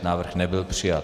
Návrh nebyl přijat.